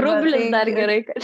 rublis dar gerai kad